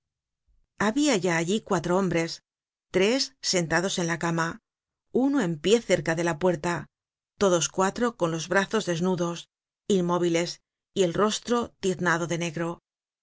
habia ya allí cuatro hombres tres sentados en la cama uno en pie cerca de la puerta todos cuatro con los brazos desnudos inmóviles y el rostro tiznado de negro